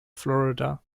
florida